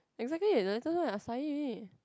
exactly the latest one is acai already